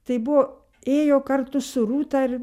tai buvo ėjo kartu su rūta